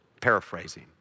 paraphrasing